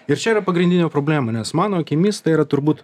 ir čia yra pagrindinė problema nes mano akimis tai yra turbūt